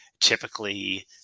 Typically